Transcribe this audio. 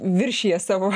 viršija savo